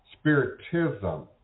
spiritism